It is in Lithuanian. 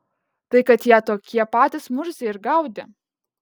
tai kad ją tokie patys murziai ir gaudė